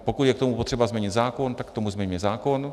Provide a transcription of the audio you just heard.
Pokud je k tomu potřeba změnit zákon, tak tomu změňme zákon.